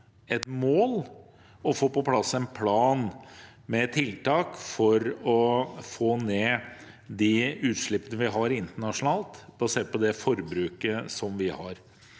et mål, og få på plass en plan med tiltak for å få ned de utslippene vi har internasjonalt, basert på det forbruket vi har.